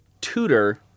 tutor